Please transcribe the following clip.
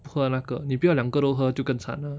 不喝那个你不要两个都喝就更惨了